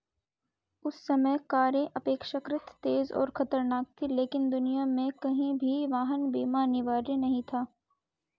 उस समय कारें अपेक्षाकृत तेज और खतरनाक थीं, लेकिन दुनिया में कहीं भी वाहन बीमा अनिवार्य नहीं था